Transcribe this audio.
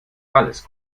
alles